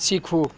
શીખવું